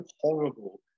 horrible